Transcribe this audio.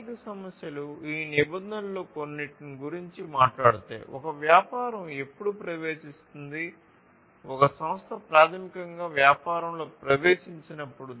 ఆర్థిక సమస్యలు ఈ నిబంధనలలో కొ న్నిటి గురించి మాట్లాడుతాయి ఒక వ్యాపారం ఎప్పుడు ప్రవేశిస్తుంది ఒక సంస్థ ప్రాథమికంగా వ్యాపారంలోకి ప్రవేశించినప్పుడు